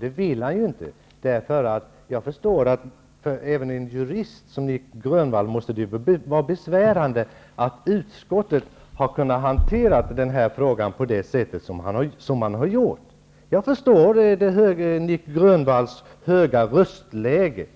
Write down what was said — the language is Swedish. Det vill han inte. Jag förstår att även för en jurist som Nic Grönvall måste det vara besvärande att utskottet har kunnat hantera den här frågan på det sätt som man har gjort. Jag förstår Nic Grönvalls höga röstläge.